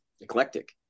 eclectic